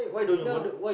no